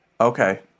Okay